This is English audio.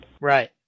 Right